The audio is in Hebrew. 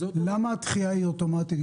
למה הדחייה היא אוטומטית?